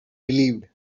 relieved